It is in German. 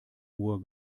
uhr